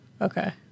okay